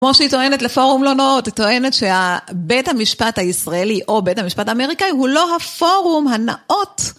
כמו שהיא טוענת לפורום לא נואות, היא טוענת שהבית המשפט הישראלי או בית המשפט האמריקאי הוא לא הפורום הנאות.